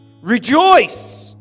Rejoice